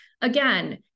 again